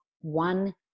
one